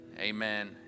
Amen